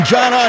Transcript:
John